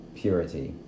purity